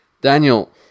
Daniel